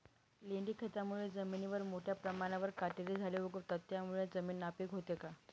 लेंडी खतामुळे जमिनीवर मोठ्या प्रमाणावर काटेरी झाडे उगवतात, त्यामुळे जमीन नापीक होते का?